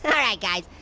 and alright guys,